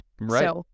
Right